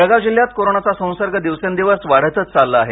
जळगाव जिल्ह्यात कोरोनाचा संसर्ग दिवसेंदिवस वाढतच चालला आहे